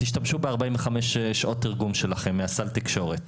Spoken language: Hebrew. ותשתמשו ב-45 שעות תרגום שלכם מסל התקשורת.